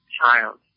child